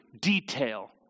detail